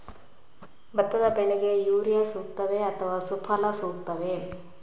ಭತ್ತದ ಬೆಳೆಗೆ ಯೂರಿಯಾ ಸೂಕ್ತವೇ ಅಥವಾ ಸುಫಲ ಸೂಕ್ತವೇ?